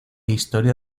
historia